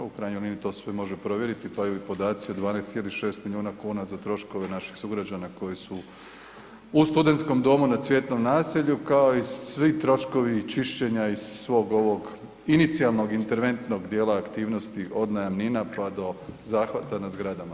U krajnjoj liniji, to se sve može provjeriti, pa i podaci od 12,6 milijuna kuna za troškove naših sugrađana koji su u studentskom domu na Cvjetnom naselju, kao i svi troškovi čišćenja i svog ovog inicijalnog interventnog dijela aktivnosti, od najamnina pa do zahvata na zgradama.